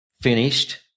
finished